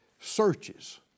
searches